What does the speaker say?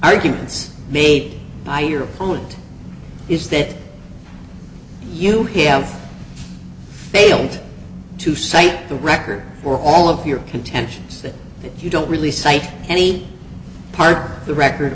arguments made by your opponent is that you have failed to cite the record for all of your contentions that you don't really cite any part of the record